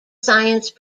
science